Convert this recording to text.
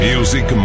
Music